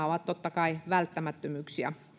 ovat totta kai välttämättömyys